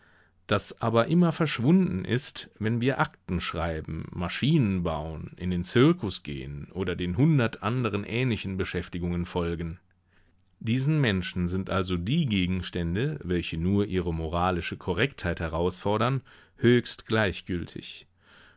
das aber immer verschwunden ist wenn wir akten schreiben maschinen bauen in den zirkus gehen oder den hundert anderen ähnlichen beschäftigungen folgen diesen menschen sind also die gegenstände welche nur ihre moralische korrektheit herausfordern höchst gleichgültig